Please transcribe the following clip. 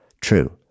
true